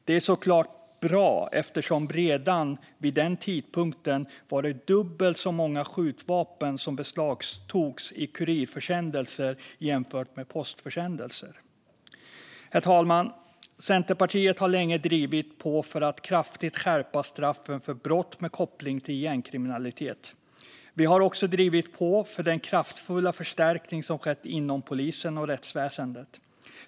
Det är såklart bra, eftersom det redan vid den tidpunkten var dubbelt så många skjutvapen som beslagtogs i kurirförsändelser som i postförsändelser. Herr talman! Centerpartiet har länge drivit på för att kraftigt skärpa straffen för brott med koppling till gängkriminalitet. Vi har också drivit på för den kraftfulla förstärkning som skett inom polisen och rättsväsendet.